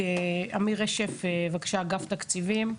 אמיר רשף מאגף תקציבים,